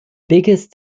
biggest